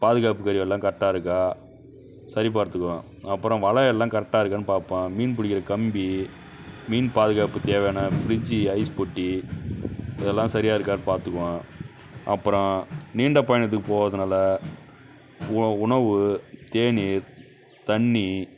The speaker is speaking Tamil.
பாதுகாப்பு கருவி எல்லாம் கரெக்டா இருக்கா சரி பார்த்துக்குவேன் அபபுறம் வலை எல்லாம் கரெக்டாக இருக்கான்னு பார்ப்பேன் மீன் பிடிக்கிற கம்பி மீன் பாதுகாப்புத் தேவையான ஃப்ரிட்ஜி ஐஸ் பொட்டி இதெல்லாம் சரியாக இருக்கான்னு பார்த்துக்குவேன் அப்புறம் நீண்ட பயணத்துக்கு போவதுனால உண உணவு தேநீர் தண்ணி